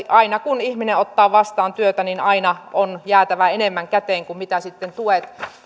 aina kun ihminen ottaa vastaan työtä on jäätävä enemmän käteen kuin mitä sitten tuet